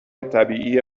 طبیعی